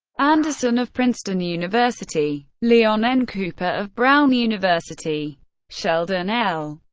anderson of princeton university leon n. cooper of brown university sheldon l.